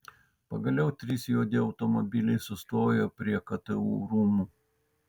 pagaliau trys juodi automobiliai sustojo prie ktu rūmų